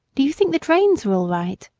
do you think the drains are all right?